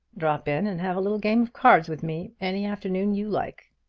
drop in and have a little game of cards with me any afternoon you like.